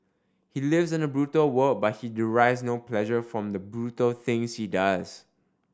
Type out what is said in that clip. he lives in a brutal world but he derives no pleasure from the brutal things he does